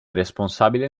responsabile